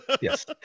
Yes